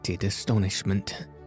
astonishment